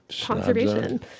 Conservation